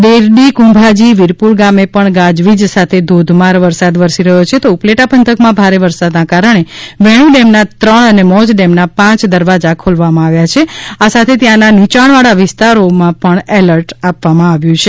દેરડી કુંભાજી વીરપુર ગામે પણ ગાજવીજ સાથે ધોધમાર વરસાદ વરસી રહ્યો છે તો ઉપલેટા પંથકમાં ભારે વરસાદને કારણે વેણુ ડેમના ત્રણ અને મોજ ડેમના પાંચ દરવાજા ખોલવામાં આવ્યા છે આ સાથે ત્યાંના નીચાણવાળા વિસ્તારોમાં એલર્ટ આપવામાં આવ્યો છે